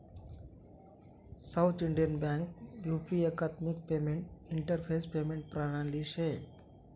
south Indian bank U P एकात्मिक payment interface payment प्रणाली शे